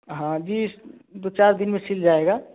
हाँ जी इस दो चार दिन में सील जाएगा